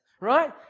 right